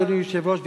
אדוני היושב-ראש,